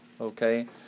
Okay